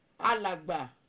Alagba